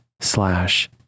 slash